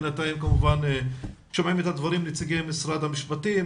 בינתיים כמובן שומעים את הדברים נציגי משרד המשפטים,